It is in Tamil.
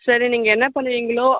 சரி நீங்கள் என்ன பண்ணுவீங்களோ